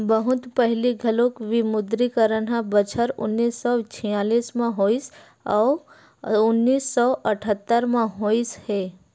बहुत पहिली घलोक विमुद्रीकरन ह बछर उन्नीस सौ छियालिस म होइस अउ उन्नीस सौ अठत्तर म होइस हे